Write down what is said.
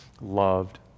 loved